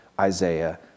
Isaiah